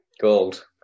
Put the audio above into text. gold